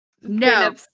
No